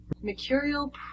mercurial